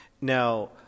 Now